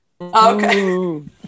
Okay